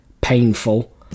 painful